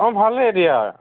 অঁ ভালেই দিয়া